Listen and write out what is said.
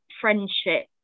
friendship